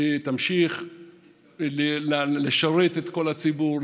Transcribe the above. תמשיך לשרת את כל הציבור.